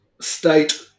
state